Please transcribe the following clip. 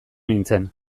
nintzen